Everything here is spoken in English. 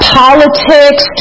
politics